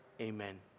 amen